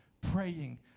praying